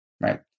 right